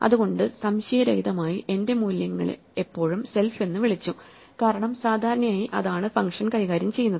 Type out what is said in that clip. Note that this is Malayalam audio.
അതുകൊണ്ട് സംശയരഹിതമായി എന്റെ മൂല്യങ്ങലെ എപ്പോഴും സെൽഫ് എന്ന് വിളിച്ചു കാരണം സാധാരണയായി അതാണ് ഫങ്ഷൻ കൈകാര്യം ചെയ്യുന്നത്